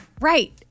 Right